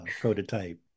prototype